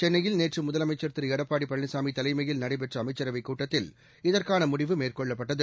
சென்னையில் நேற்று முதலமைச்சர் திரு ளடப்பாடி பழனிசாமி தலைமையில் நடைபெற்ற அமைச்சரவைக் கூட்டத்தில் இதற்கான முடிவு மேற்கொள்ளப்பட்டது